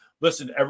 listen